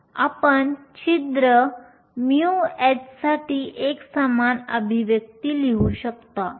आपण छिद्र μh साठी एक समान अभिव्यक्त लिहू शकता